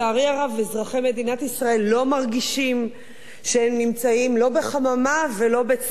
אזרחי מדינת ישראל לא מרגישים שהם נמצאים בחממה או בצמיחה.